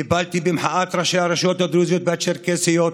טיפלתי במחאת ראשי הרשויות הדרוזיות והצ'רקסיות,